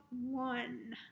one